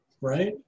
right